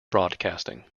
broadcasting